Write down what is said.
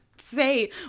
say